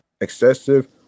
excessive